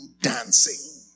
dancing